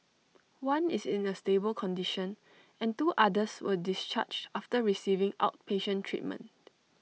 one is in A stable condition and two others were discharged after receiving outpatient treatment